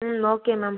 ம் okay ma'am